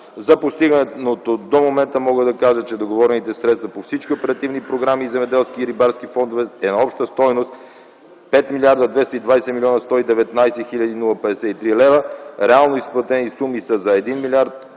За постигнатото до момента мога да кажа, че договорените средства по всички оперативни програми, земеделски и рибарски фондове е на обща стойност 5 млрд. 220 млн. 119 хил. 53 лв., реално изплатените суми са за 1 млрд.